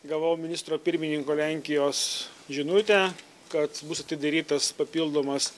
gavau ministro pirmininko lenkijos žinutę kad bus atidarytas papildomas